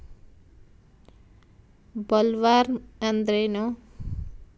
Bollworm ಅಂದ್ರೇನು?